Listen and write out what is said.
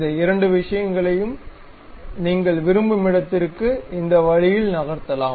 இந்த இரண்டு விஷயங்களை நீங்கள் விரும்பும் இடத்திற்க்கு இந்த வழியில் நகர்த்தலாம்